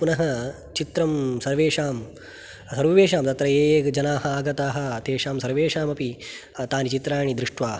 पुनः चित्रं सर्वेषां सर्वेषां तत्र ये ये जनाः आगताः तेषां सर्वेषामपि तानि चित्राणि दृष्ट्वा